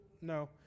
No